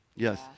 Yes